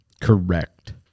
Correct